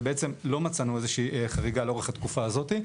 ובעצם לא מצאנו איזושהי חריגה לאורך התקופה הזאת.